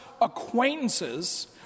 acquaintances